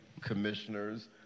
commissioners